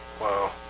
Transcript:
Wow